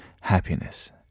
happiness